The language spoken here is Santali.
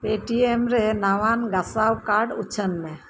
ᱯᱮᱴᱤᱭᱮᱢ ᱨᱮ ᱱᱟᱣᱟᱱ ᱜᱷᱟᱥᱟᱣ ᱠᱟᱨᱰ ᱩᱪᱷᱟᱹᱱ ᱢᱮ